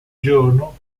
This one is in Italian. giorno